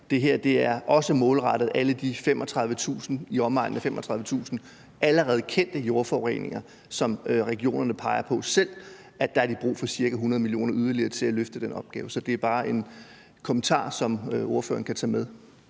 det her er også målrettet alle de i omegnen af 35.000 allerede kendte jordforureninger, hvor regionerne selv peger på, at der har de brug for ca. 100 mio. kr. yderligere til at løfte den opgave. Så det er bare en kommentar, som ordføreren kan tage med.